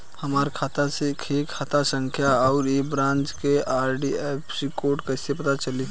हमार खाता के खाता संख्या आउर ए ब्रांच के आई.एफ.एस.सी कोड कैसे पता चली?